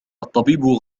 الطبيب